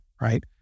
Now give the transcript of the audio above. Right